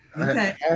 Okay